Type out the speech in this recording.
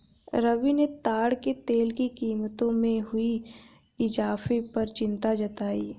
रवि ने ताड़ के तेल की कीमतों में हुए इजाफे पर चिंता जताई